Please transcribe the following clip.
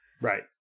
Right